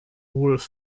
wolf